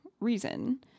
reason